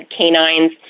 canines